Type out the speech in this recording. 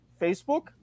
Facebook